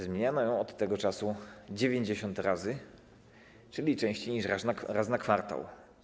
Zmieniano ją od tego czasu 90 razy, czyli częściej niż raz na kwartał.